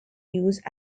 use